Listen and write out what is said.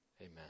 Amen